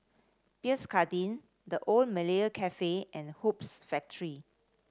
Pierre Cardin The Old Malaya Cafe and Hoops Factory